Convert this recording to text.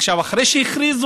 עכשיו, אחרי שהכריזו